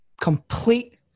complete